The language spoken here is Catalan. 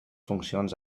funcions